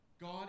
God